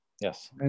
Yes